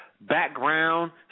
background